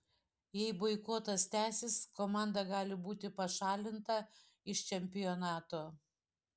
jei boikotas tęsis komanda gali būti pašalinta iš čempionato